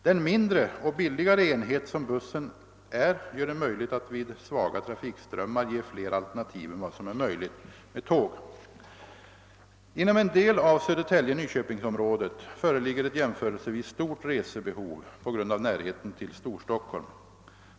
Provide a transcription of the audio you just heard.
Den mindre och billigare enhet, som bussen är, gör det möjligt att vid svaga trafikströmmar ge fler alternativ än vad som är möjligt med tåg. Inom en del av Södertälje—Nyköpingsområdet föreligger ett jämförelsevis stort resebehov på grund av. närheten till Storstockholm.